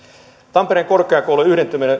tampereen korkeakoulujen yhdentyminen